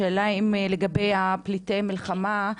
השאלה היא האם לגבי פליטי המלחמה,